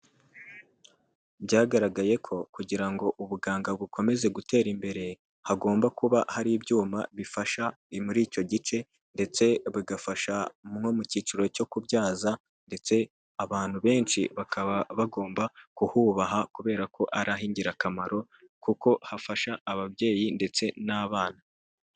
Byagaragaye ko kugira ngo ubuganga bukomeze gutera imbere, hagomba kuba hari ibyuma bifasha muri icyo gice ndetse bigafasha nko mu cyiciro cyo kubyaza, ndetse abantu benshi bakaba bagomba kuhubaha kubera ko ari ah'ingirakamaro, kuko hafasha ababyeyi ndetse n'abana.